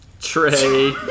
Trey